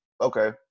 okay